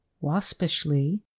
waspishly